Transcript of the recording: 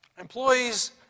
employees